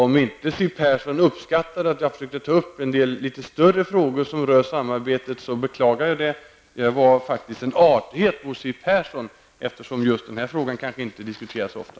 Om inte Siw Persson uppskattar att jag försöker ta upp en del litet större saker som rör samarbetet beklagar jag. Det var faktiskt en artighet mot Siw Persson, eftersom just den här frågan inte diskuteras så ofta.